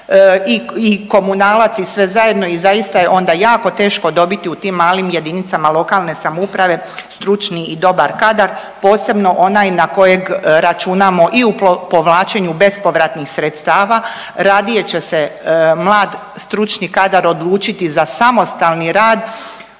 i komunalac i sve zajedno i zaista je onda jako teško dobiti u tim malim jedinicama lokalne samouprave stručni i dobar kadar, posebno onaj na kojeg računamo i povlačenju bespovratnih sredstava. Radije će se mlad stručni kadar odlučiti za samostalni rad